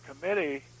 committee